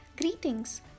Greetings